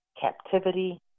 captivity